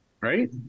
Right